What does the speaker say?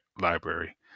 Library